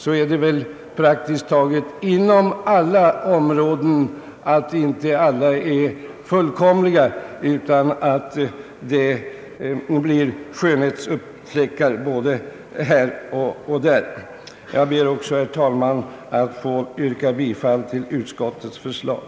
Inom praktiskt taget samtliga områden är det ju så att inte alla är fullkomliga, utan att det blir skönhetsfläckar både här och där. Jag ber också, herr talman, att få yrka bifall till utskottets förslag.